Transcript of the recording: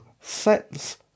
sets